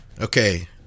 Okay